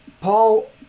Paul